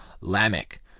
Lamech